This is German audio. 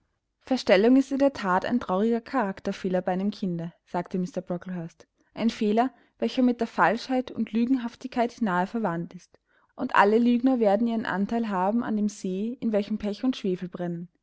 verstellung ist in der that ein trauriger charakterfehler bei einem kinde sagte mr brocklehurst ein fehler welcher mit der falschheit und lügenhaftigkeit nahe verwandt ist und alle lügner werden ihren anteil haben an dem see in welchem pech und schwefel brennen